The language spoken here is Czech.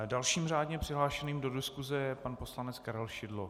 Dalším řádně přihlášeným do diskuse je pan poslanec Karel Šidlo.